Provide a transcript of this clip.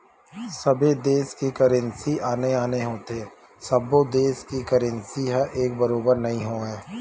सबे देस के करेंसी आने आने होथे सब्बो देस के करेंसी ह एक बरोबर नइ होवय